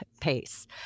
pace